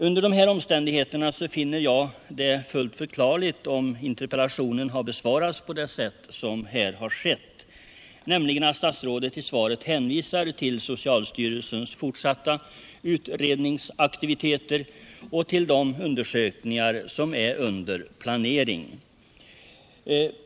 Under de här omständigheterna finner jag det fullt förklarligt att interpellationen har besvarats på det sätt som här har skett, nämligen att statsrådet i svaret hänvisar till socialstyrelsens fortsatta utredningsaktiviteter och till de undersökningar som är under planering.